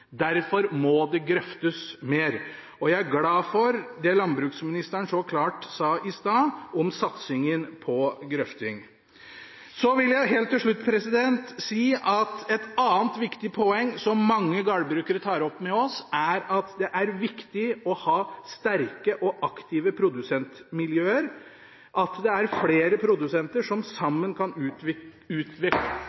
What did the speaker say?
Derfor må det grøftes mer. Jeg er glad for det landbruksministeren i stad så klart sa om satsingen på grøfting. Jeg vil helt til slutt si at et annet viktig poeng, som mange gårdbrukere tar opp med oss, er at det er viktig å ha sterke og aktive produsentmiljøer, at det er flere produsenter som